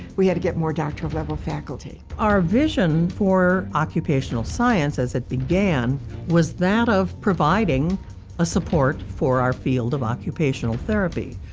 we had to get more doctoral-level faculty. our vision for occupational science as it began was that of providing a support for our field of occupational therapy,